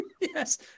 Yes